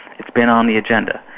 it's been on the agenda.